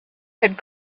had